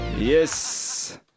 Yes